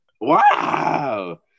Wow